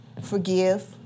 forgive